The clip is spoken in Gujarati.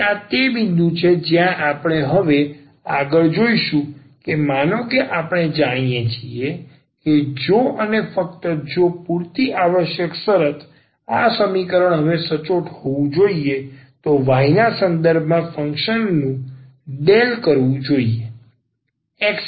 તેથી આ તે બિંદુ છે જ્યાં આપણે હવે આગળ જોઈશું કે માનો કે આપણે જાણીએ છીએ કે જો અને ફક્ત જો પૂરતી આવશ્યક શરત આ સમીકરણ હવે સચોટ હોવું જોઈએ તો y ના સંદર્ભમાં ફંક્શન નું del કરવું જોઈએ